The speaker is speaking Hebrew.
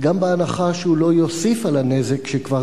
וגם בהנחה שהוא לא יוסיף על הנזק שכבר